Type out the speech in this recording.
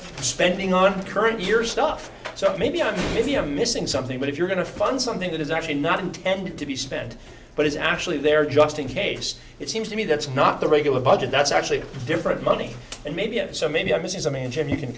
spending on current year stuff so maybe i'm maybe i'm missing something but if you're going to fund something that is actually not intended to be spent but is actually there just in case it seems to me that's not the regular budget that's actually different money and maybe it so maybe i'm missing something and if you can